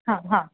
હા હા